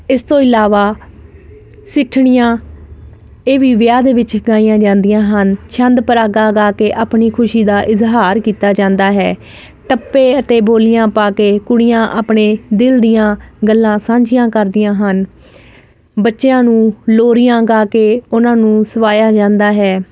ਇਸ ਤੋਂ ਇਲਾਵਾ ਸਿਠਣੀਆਂ ਇਹ ਵੀ ਵਿਆਹ ਦੇ ਵਿੱਚ ਗਾਈਆਂ ਜਾਂਦੀਆਂ ਹਨ ਛੰਦ ਪਰਾਗਾ ਗਾ ਕੇ ਆਪਣੀ ਖੁਸ਼ੀ ਦਾ ਇਜ਼ਹਾਰ ਕੀਤਾ ਜਾਂਦਾ ਹੈ ਟੱਪੇ ਅਤੇ ਬੋਲੀਆਂ ਪਾ ਕੇ ਕੁੜੀਆਂ ਆਪਣੇ ਦਿਲ ਦੀਆਂ ਗੱਲਾਂ ਸਾਂਝੀਆਂ ਕਰਦੀਆਂ ਹਨ ਬੱਚਿਆਂ ਨੂੰ ਲੋਰੀਆਂ ਗਾ ਕੇ ਉਹਨਾਂ ਨੂੰ ਸਵਾਇਆ ਜਾਂਦਾ ਹੈ